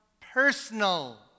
personal